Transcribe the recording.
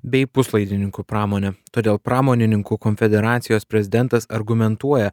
bei puslaidininkių pramonę todėl pramonininkų konfederacijos prezidentas argumentuoja